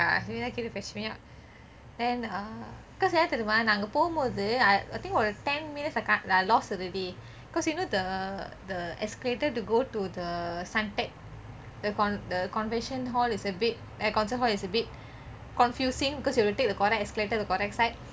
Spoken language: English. ah meera came to fetch me up then err because ஏன் தெரியுமா நான் அங்க போகும்போது:yen theriyuma naan ange pogumpothu I think about ten minutes uh loss already of the because you know the the escalator to go to the suntec the coven~ the convention hall is a bit err concert hall is a bit confusing because you will take the correct escalator the correct side